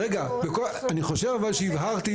אני חושב שהבהרתי,